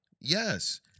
Yes